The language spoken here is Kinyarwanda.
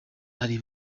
hari